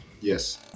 Yes